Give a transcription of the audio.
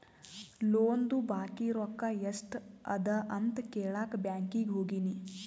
ಲೋನ್ದು ಬಾಕಿ ರೊಕ್ಕಾ ಎಸ್ಟ್ ಅದ ಅಂತ ಕೆಳಾಕ್ ಬ್ಯಾಂಕೀಗಿ ಹೋಗಿನಿ